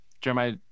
Jeremiah